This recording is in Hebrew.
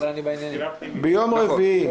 6. ביום רביעי,